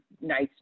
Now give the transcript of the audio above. nice